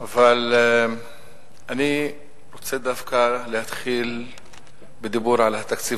אבל אני רוצה דווקא להתחיל בדיבור על התקציב